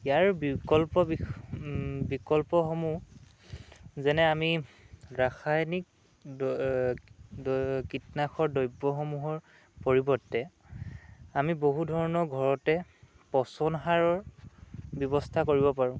ইয়াৰ বিকল্প বিকল্পসমূহ যেনে আমি ৰাসায়নিক কীটনাশক দ্ৰব্যসমূহৰ পৰিৱৰ্তে আমি বহু ধৰণৰ ঘৰতে পচন সাৰৰ ব্যৱস্থা কৰিব পাৰোঁ